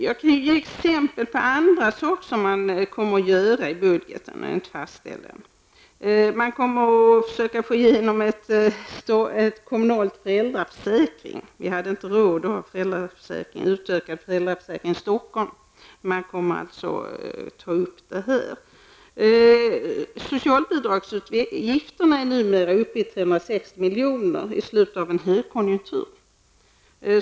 Några exempel på andra saker som kommer att göras vid fastställandet av budgeten: Man kommer att försöka få igenom en kommunal föräldraförsäkring -- vi hade inte råd att ha en utökad föräldraförsäkring i Stockholm, men man kommer alltså att ta upp den saken här. Socialbidragsutgifterna är numera uppe i 360 miljoner -- och detta i slutet i en högkonjunktur.